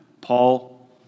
Paul